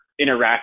interact